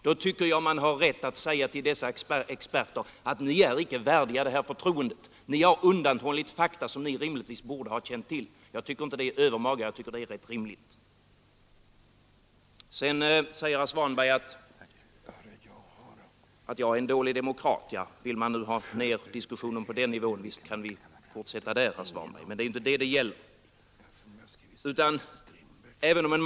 Då tycker jag att man har rätt att säga till dessa experter: Ni är inte värdiga det förtroende ni har fått, ni har undanhållit fakta som ni rimligtvis borde ha känt till. Jag tycker inte att det är övermaga att säga det — det är rätt rimligt. Sedan säger herr Svanberg att jag är en dålig demokrat. Vill ni ha ned diskussionen på den nivån, så visst kan vi fortsätta där, herr Svanberg, men frågan gäller inte det.